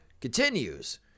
continues